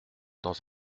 dans